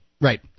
Right